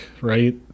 right